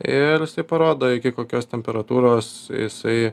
ir jisai parodo iki kokios temperatūros jisai